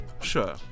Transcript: Sure